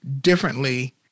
differently